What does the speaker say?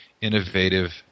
innovative